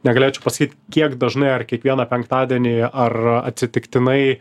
negalėčiau pasakyt kiek dažnai ar kiekvieną penktadienį ar atsitiktinai